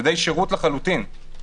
מדדי שירות לחלוטין,